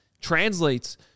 translates